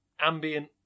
ambient